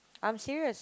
I'm serious